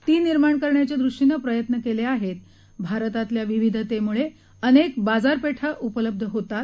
ती निर्माण करण्याच्या दृष्टीनं प्रयत्न केले आहे भारतातल्या विविधतेमुळे अनेक बाजरपेठा उपलब्ध होतात